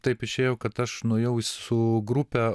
taip išėjo kad aš nuėjau su grupe